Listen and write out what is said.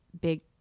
big